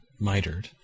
mitered